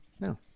No